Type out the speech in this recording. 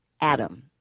Adam